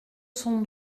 son